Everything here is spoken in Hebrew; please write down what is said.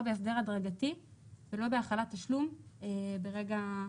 בהסדר הדרגתי ולא בהחלת תשלום ברגע,